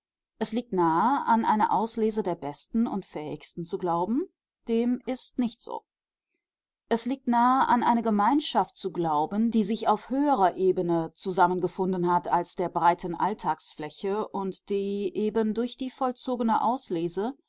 es liegt nahe an eine auslese der besten und fähigsten zu glauben dem ist nicht so es liegt nahe an eine gemeinschaft zu glauben die sich auf höherer ebene zusammengefunden hat als der breiten alltagsfläche und die eben durch die vollzogene auslese